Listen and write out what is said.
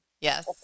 Yes